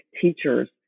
teachers